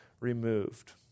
removed